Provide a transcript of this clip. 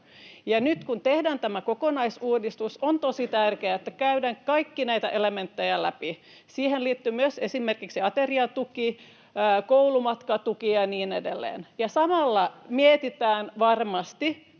Nyt kun tehdään tämä kokonaisuudistus, on tosi tärkeää, että käydään kaikkia näitä elementtejä läpi. Siihen liittyvät myös esimerkiksi ateriatuki, koulumatkatuki ja niin edelleen. Ja samalla mietitään varmasti